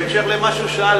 בהמשך למה שהוא שאל,